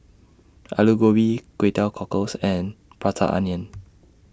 Aloo Gobi Kway Teow Cockles and Prata Onion